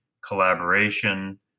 collaboration